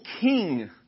king